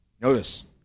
Notice